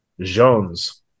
Jones